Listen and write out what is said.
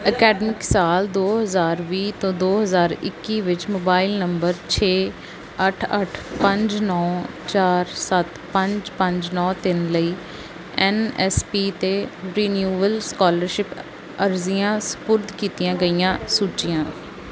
ਅਕਾਦਮਿਕ ਸਾਲ ਦੋ ਹਜ਼ਾਰ ਵੀਹ ਤੋਂ ਦੋ ਹਜ਼ਾਰ ਇੱਕੀ ਵਿੱਚ ਮੋਬਾਈਲ ਨੰਬਰ ਛੇ ਅੱਠ ਅੱਠ ਪੰਜ ਨੌਂ ਚਾਰ ਸੱਤ ਪੰਜ ਪੰਜ ਨੌਂ ਤਿੰਨ ਲਈ ਐੱਨ ਐੱਸ ਪੀ 'ਤੇ ਰੀਨਿਉਵਲ ਸਕਾਲਰਸ਼ਿਪ ਅਰਜ਼ੀਆਂ ਸਪੁਰਦ ਕੀਤੀਆਂ ਗਈਆਂ ਸੂਚੀਆਂ